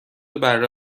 بره